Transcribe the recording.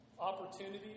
opportunities